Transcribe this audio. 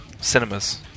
Cinemas